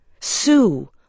SUE